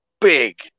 big